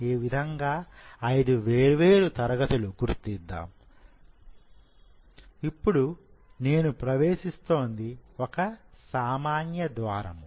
ఈ విధంగా 5 వేర్వేరు తరగతులు గుర్తిద్దాం ఇప్పుడు నేను ప్రవేశిస్తోంది ఒక సామాన్య ద్వారము